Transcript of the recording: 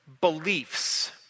beliefs